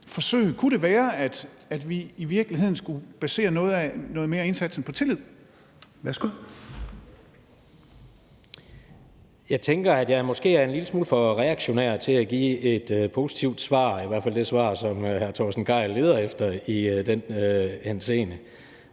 (KD): Jeg tænker, at jeg måske er en lille smule for reaktionær til at give et positivt svar, eller i hvert fald det svar, som hr. Torsten Gejl leder efter, i den henseende.